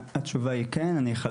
ושל כל